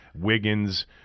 Wiggins